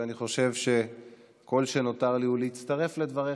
ואני חושב שכל שנותר לי הוא להצטרף לדבריך,